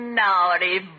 naughty